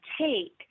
take